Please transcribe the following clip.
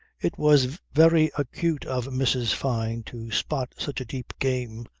it was very acute of mrs. fyne to spot such a deep game,